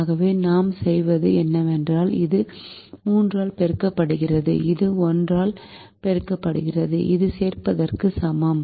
ஆகவே நாம் செய்வது என்னவென்றால் இது 3 ஆல் பெருக்கப்படுகிறது இது 1 ஆல் பெருக்கப்படுகிறது இது சேர்ப்பதற்கு சமம்